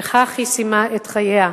וכך היא סיימה את חייה.